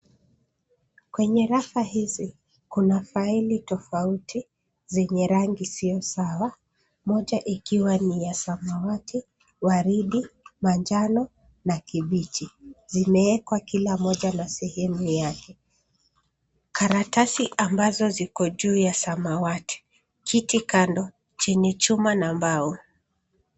Kwenye rafu hizi, kuna faili tofauti zenye rangi isiyo sawa moja ikiwa ni ya samawati, waridi, manjano na kibichi zimeekwa kila moja na sehemu yake. Karatasi ambazo ziko juu ya samawati, kiti kando, chini chuma na mbao.